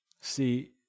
See